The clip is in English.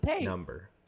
number